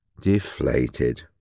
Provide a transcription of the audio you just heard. deflated